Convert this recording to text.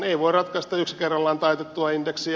ei voi ratkaista yksi kerrallaan taitettua indeksiä